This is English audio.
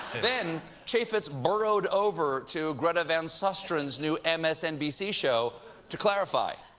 then chaffetz burrowed over to greta van sustren's new msnbc show to clarify.